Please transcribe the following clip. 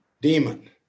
demon